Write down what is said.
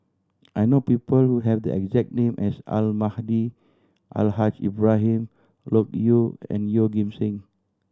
I know people who have the exact name as Almahdi Al Haj Ibrahim Loke Yew and Yeoh Ghim Seng